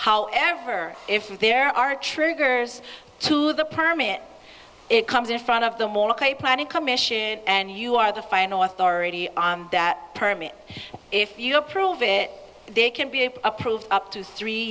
however if there are troopers to the permit it comes in front of the planning commission and you are the final authority on that permit if you approve it they can be approved up to three